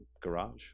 garage